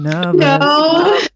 no